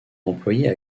employés